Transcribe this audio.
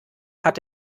hat